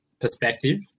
perspective